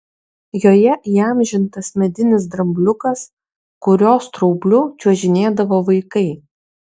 joje įamžintas medinis drambliukas kurio straubliu čiuožinėdavo vaikai